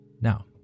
Now